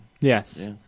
Yes